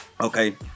Okay